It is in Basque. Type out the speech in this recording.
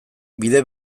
bide